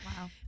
Wow